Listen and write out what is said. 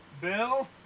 Bill